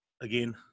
again